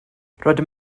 rydym